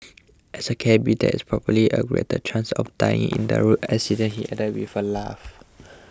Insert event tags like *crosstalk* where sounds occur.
as a cabby there is probably a greater chance of dying in a road *noise* accident he added with a laugh